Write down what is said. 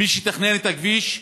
מי שתכנן את הכביש בזמנו,